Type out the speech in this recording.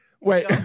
wait